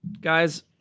Guys